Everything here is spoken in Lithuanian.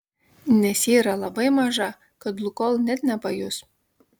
nes ji yra labai maža kad lukoil net nepajus